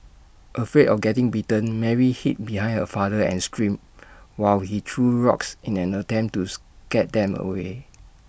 afraid of getting bitten Mary hid behind her father and screamed while he threw rocks in an attempt to scare them away